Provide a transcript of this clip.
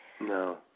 No